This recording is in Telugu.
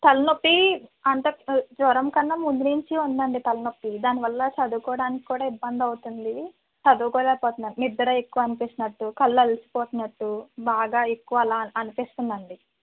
తలనొప్పి అంత జ్వరం కన్నా ముందు నుంచే ఉందండి తలనొప్పి దానివల్ల చదుకోడానికి కూడా ఇబ్బంది అవుతుంది చదుకోలేకపోతున్నా నిద్ర ఎక్కువగా అనిపిస్తునట్టు కళ్ళు అలసిపోతున్నట్టు బాగా ఎక్కువ అలా అనిపిస్తుందండి